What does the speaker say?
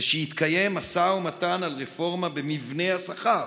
היא שיתקיים משא ומתן על רפורמה במבנה השכר.